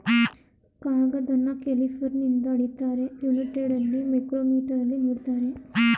ಕಾಗದನ ಕ್ಯಾಲಿಪರ್ನಿಂದ ಅಳಿತಾರೆ, ಯುನೈಟೆಡಲ್ಲಿ ಮೈಕ್ರೋಮೀಟರಲ್ಲಿ ನೀಡ್ತಾರೆ